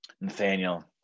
Nathaniel